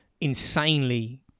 insanely